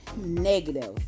negative